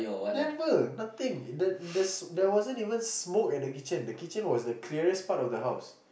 never nothing it there there wasn't even smoke at the kitchen the kitchen was the clearest part of the house